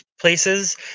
places